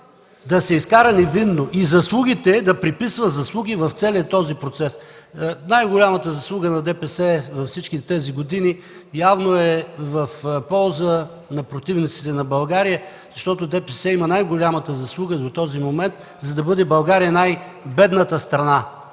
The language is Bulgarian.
да се изкара невинно и си приписва заслуги в целия този процес. Най-голямата заслуга на ДПС във всички тези години явно е в полза на противниците на България, защото ДПС има най-голямата заслуга до този момент, за да бъде България най-бедната страна